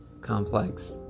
complex